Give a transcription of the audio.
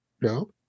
No